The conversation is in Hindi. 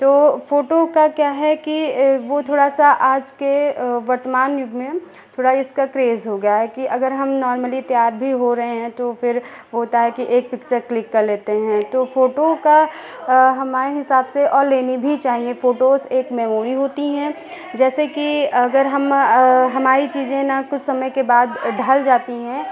तो फ़ोटो का क्या है कि वो थोड़ा सा आज के वर्तमान युग में थोड़ा इसका क्रेज़ हो गया है कि अगर हम नॉर्मली तैयार भी हो रहे हैं तो फिर होता है कि एक पिक्चर क्लिक कर लेते हैं तो फ़ोटो का हमारे हिसाब से और लेनी भी चाहिए फ़ोटोज़ एक मैमोरी होती हैं जैसे कि अगर हम हमारी चीज़ें न कुछ समय के बाद ढल जाती हैं